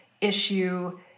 issue